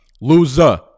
loser